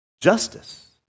justice